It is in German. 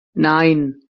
nein